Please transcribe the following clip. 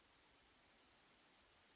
Grazie,